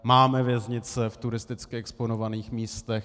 Máme věznice v turisticky exponovaných místech.